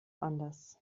anders